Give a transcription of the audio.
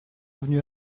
revenu